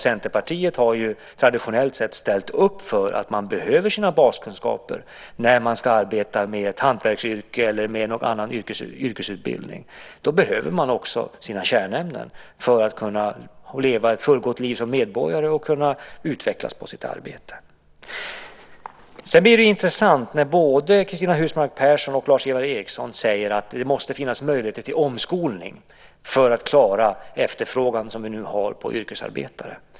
Centerpartiet har traditionellt sett ställt upp för att man behöver sina baskunskaper när man ska arbeta med ett hantverksyrke eller någon annan yrkesutbildning. Man behöver sina kunskaper i kärnämnena för att kunna leva ett fullgott liv som medborgare och för att kunna utvecklas på sitt arbete. Sedan blir det intressant när både Cristina Husmark Pehrsson och Lars-Ivar Ericson säger att det måste finnas möjligheter till omskolning för att klara den efterfrågan som vi nu har på yrkesarbetare.